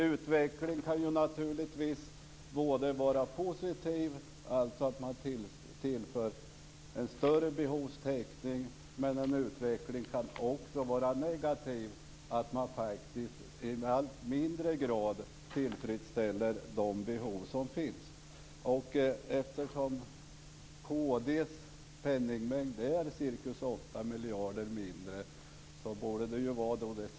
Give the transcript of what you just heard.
Utveckling kan naturligtvis både vara positiv, dvs. att man tillför mer pengar och medverkar till en större behovstäckning, men en utveckling kan också vara negativ, dvs. att man i allt mindre grad tillfredsställer de behov som finns. Eftersom kd:s penningmängd omfattar ca 8 miljarder mindre borde det sistnämnda gälla.